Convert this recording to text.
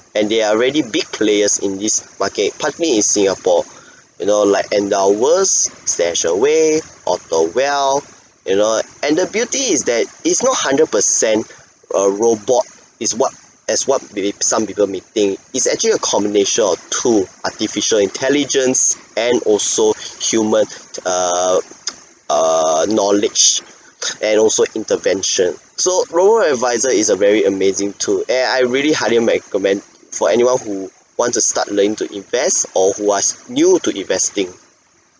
and they are already big players in this market partly in singapore you know like and our worst Stashaway AutoWealth you know and the beauty is that it's not hundred percent a robot is what as what they some people may think it's actually a combination of two artificial intelligence and also human to err err knowledge and also intervention so robo adviser is a very amazing tool eh I really highly recommend for anyone who want to start learning to invest or who are s~ new to investing